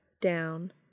down